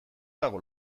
dago